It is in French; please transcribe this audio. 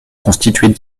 constitués